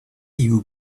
you